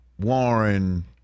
Warren